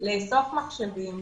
לאסוף מחשבים